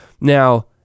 Now